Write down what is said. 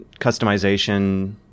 customization